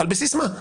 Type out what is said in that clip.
על בסיס מה?